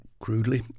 crudely